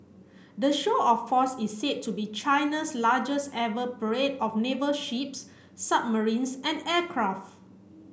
the show of force is said to be China's largest ever parade of naval ships submarines and aircraft